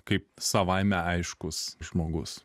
kaip savaime aiškus žmogus